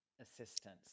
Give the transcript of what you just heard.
assistance